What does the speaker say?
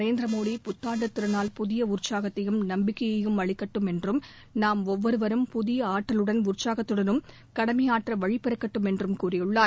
நரேந்திரமோடி புத்தாண்டு திருநாள் புதிய உற்சாகத்தையும் நம்பிக்கையையும் அளிக்கட்டும் என்றும் நாம் ஒவ்வொருவரும் புதிய ஆற்றலுடன் உற்சாகத்துடன் கடமையாற்ற வழி பிறக்கட்டும் என்று கூறியுள்ளார்